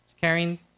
Carrying